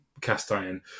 cast-iron